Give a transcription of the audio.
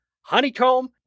Honeycomb